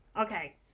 okay